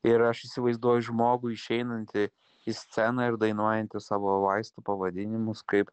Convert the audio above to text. ir aš įsivaizduoju žmogų išeinantį į sceną ir dainuojantį savo vaistų pavadinimus kaip